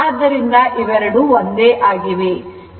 ಆದ್ದರಿಂದ ಇವೆರಡು ಒಂದೇ ಆಗಿವೆ